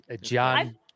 John